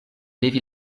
levi